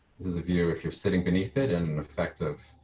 this is a view if you're sitting beneath it and effective,